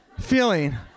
feeling